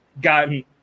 gotten